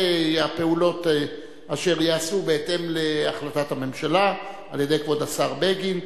הפעולות אשר ייעשו בהתאם להחלטת הממשלה על-ידי כבוד השר בגין.